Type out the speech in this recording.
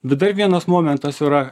dar vienas momentas yra